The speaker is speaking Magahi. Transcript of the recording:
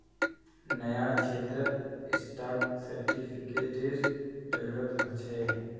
न्यायक्षेत्रत स्टाक सेर्टिफ़िकेटेर जरूरत ह छे